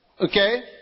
Okay